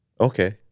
Okay